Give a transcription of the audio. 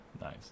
nice